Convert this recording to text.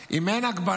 אם אין הגבלה,